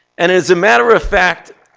and as a matter of fact,